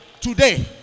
today